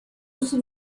uso